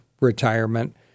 retirement